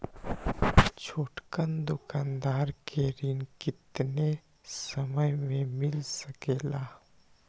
छोटकन दुकानदार के ऋण कितने समय मे मिल सकेला?